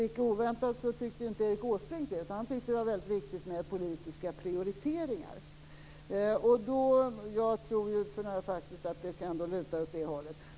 Icke oväntat tyckte inte Erik Åsbrink det. Han tyckte att det var väldigt viktigt med politiska prioriteringar. Jag tror faktiskt att det kan luta åt det hållet.